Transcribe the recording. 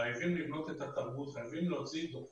חייבים לבנות את התרבות, חייבים להוציא דברים